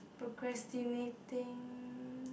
procrastinating